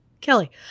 Kelly